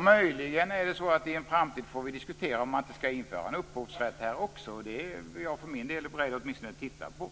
Möjligen får vi i en framtid diskutera om man inte skall införa en upphovsrätt också. Det är jag för min del beredd att åtminstone titta på.